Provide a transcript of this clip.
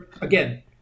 again